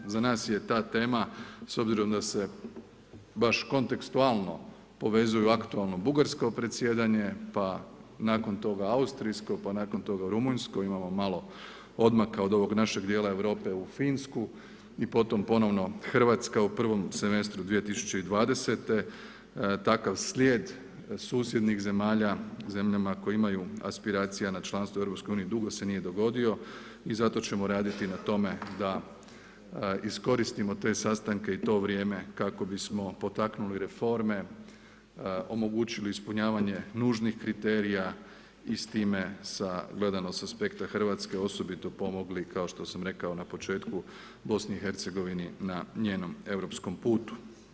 Za nas je ta tema, s obzirom da se baš kontekstualno povezuju aktualno bugarsko predsjedanje, pa nakon toga austrijsko, pa nakon toga rumunjsko, imamo malo odmaka od ovog našeg dijela Europe u Finsku i potom ponovno Hrvatska u prvom semestru 2020., takav slijed susjednih zemalja zemljama koje imaju aspiracija na članstvo u EU dugo se nije dogodio i zato ćemo raditi na tome da iskoristimo te sastanke i to vrijeme kako bismo potaknuli reforme, omogućili ispunjavanje nužnih kriterija i s time, gledano s aspekta Hrvatske osobito pomogli, kao što sam rekao na početku BIH na njenom europskom putu.